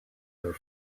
her